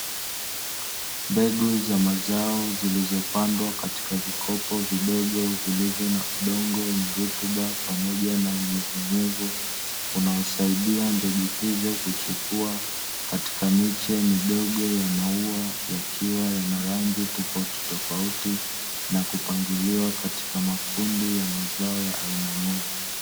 Mbegu za mazao zilizopandwa katika vikopo vidogo vilivyo na udongo wenye rutuba pamoja na unyevunyevu, unaosaidia mbegu hizo kuchipua katika miche midogo ya maua yakiwa yana rangi tofautitofauti na kupangiliwa katika makundi ya mazao ya aina moja.